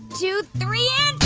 two, three